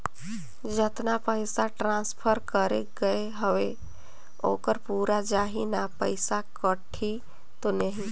जतना पइसा ट्रांसफर करे गये हवे ओकर पूरा जाही न पइसा कटही तो नहीं?